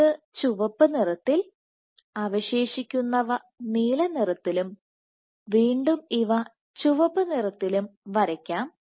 ഇത് ചുവപ്പു നിറത്തിൽഅവശേഷിക്കുന്നവ നീല നിറത്തിൽ വീണ്ടും ഇവ ചുവപ്പ് നിറത്തിലും വരയ്ക്കാം